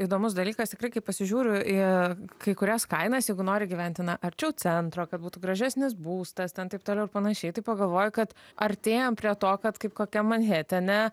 įdomus dalykas tikrai kai pasižiūriu į kai kurias kainas jeigu nori gyventi na arčiau centro kad būtų gražesnis būstas ten taip toliau ir panašiai tai pagalvoji kad artėjam prie to kad kaip kokiam manhetene